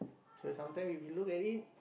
so sometime if we look at it